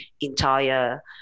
entire